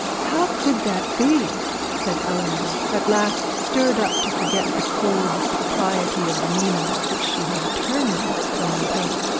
how could that be said eleanor, at last stirred up to forget the cold propriety of demeanour which she had determined to maintain.